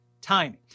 Timing